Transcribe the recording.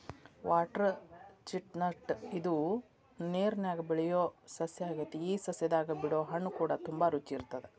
water chestnut ಇದು ಒಂದು ನೇರನ್ಯಾಗ ಬೆಳಿಯೊ ಸಸ್ಯ ಆಗೆತಿ ಈ ಸಸ್ಯದಾಗ ಬಿಡೊ ಹಣ್ಣುಕೂಡ ತುಂಬಾ ರುಚಿ ಇರತ್ತದ